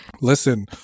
Listen